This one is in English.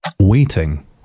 Waiting